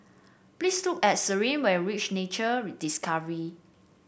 please to Sariah when you reach Nature Discovery